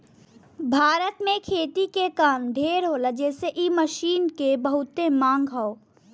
भारत में खेती के काम ढेर होला जेसे इ मशीन के बहुते मांग हौ